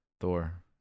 Thor